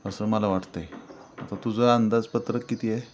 असं मला वाटतं आहे आता तुझं अंदाजपत्रक किती आहे